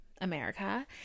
America